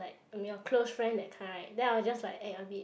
like I'm your close friend that kind right then I'll just like act a bit